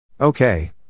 Okay